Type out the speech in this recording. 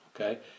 okay